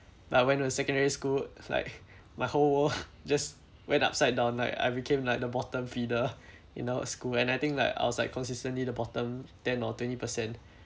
I went to secondary school if like my whole world just went upside down like I became like the bottom feeder in our school and I think like I was like consistently the bottom ten or twenty percent